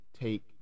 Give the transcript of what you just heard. take